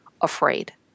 afraid